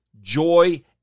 joy